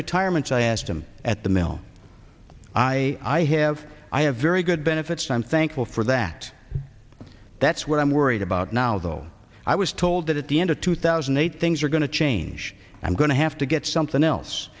retirements i asked him at the mill i i have i have very good benefits i'm thankful for that that's what i'm worried about now though i was told that at the end of two thousand and eight things were going to change i'm going to have to get something else